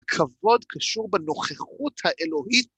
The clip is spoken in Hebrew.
כבוד קשור בנוכחות האלוהית.